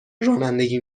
رانندگی